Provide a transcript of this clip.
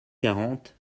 quarante